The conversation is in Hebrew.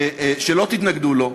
לא תתנגדו לו.